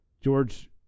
George